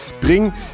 bringen